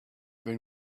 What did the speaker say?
been